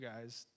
guys